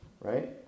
right